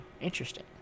Interesting